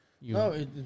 No